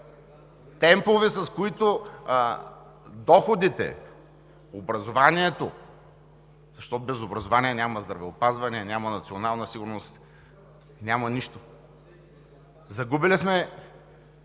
Темпове, с които доходите, образованието, защото без образование няма здравеопазване, няма национална сигурност, няма нищо! Голяма